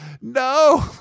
no